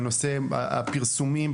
בנושא הפרסומים,